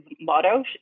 motto